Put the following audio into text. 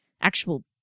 actual